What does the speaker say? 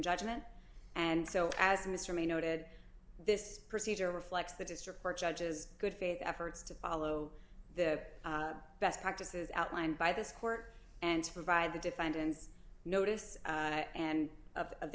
judgment and so as mr may noted this procedure reflects the district court judge as good faith efforts to follow the best practices outlined by this court and to provide the defendants notice and of the